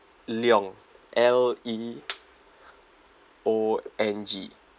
leong L E O N G